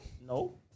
No